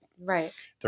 Right